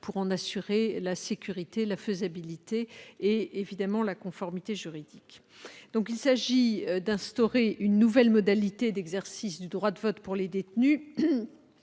pour en assurer la sécurité, la faisabilité et, évidemment, la conformité juridique. Il s'agit d'instaurer une nouvelle modalité d'exercice du droit de vote pour les détenus,